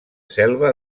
selva